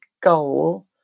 goal